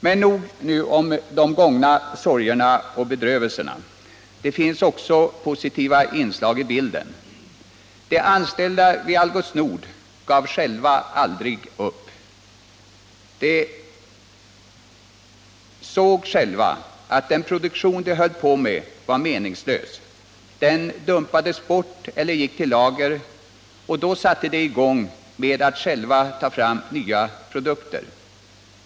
Men nog om de gångna sorgerna och bedrövelserna. Det finns också positiva inslag i bilden. De anställda vid Algots Nord gav själva aldrig upp. De såg själva att den produktion de höll på med var meningslös, den dumpades bort eller gick till lager, och då satte de i gång med att själva ta fram nya produkter.